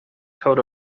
coat